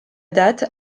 date